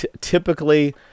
Typically